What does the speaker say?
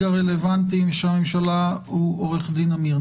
הרלוונטי של הממשלה הוא עורך דין עמיר,